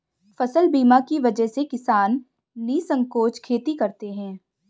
फसल बीमा की वजह से किसान निःसंकोच खेती करते हैं